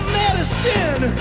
medicine